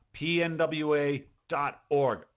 pnwa.org